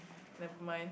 never mind